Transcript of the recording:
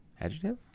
Adjective